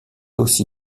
aussi